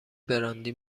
براندی